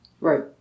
Right